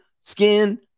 skin